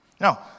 Now